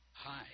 Hi